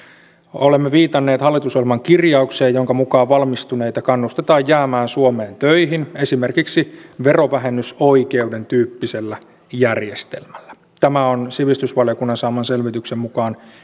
olemme viitanneet hallitusohjelman kirjaukseen jonka mukaan valmistuneita kannustetaan jäämään suomeen töihin esimerkiksi verovähennysoikeuden tyyppisellä järjestelmällä tämä on sivistysvaliokunnan saaman selvityksen mukaan